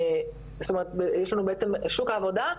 זאת אומרת יש לנו בעצם שוק העבודה,